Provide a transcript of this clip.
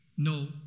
No